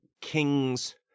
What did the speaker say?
kings